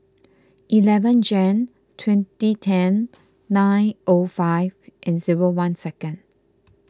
eleven Jan twenty ten nine O five and zero one second